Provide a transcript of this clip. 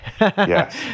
Yes